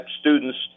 students